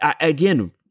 again